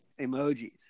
emojis